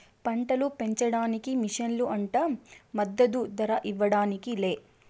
పంటలు పెంచడానికి మిషన్లు అంట మద్దదు ధర ఇవ్వడానికి లే